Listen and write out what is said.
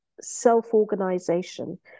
self-organization